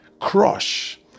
Crush